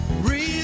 Real